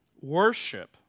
worship